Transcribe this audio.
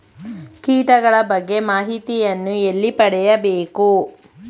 ಕೀಟಗಳ ಬಗ್ಗೆ ಮಾಹಿತಿಯನ್ನು ಎಲ್ಲಿ ಪಡೆಯಬೇಕು?